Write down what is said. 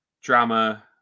drama